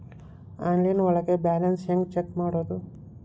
Online ಒಳಗೆ balance ಹ್ಯಾಂಗ check ಮಾಡೋದು?